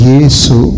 Yesu